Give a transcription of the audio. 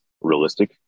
realistic